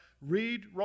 read